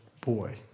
boy